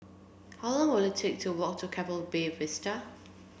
how long will it take to walk to Keppel Bay Vista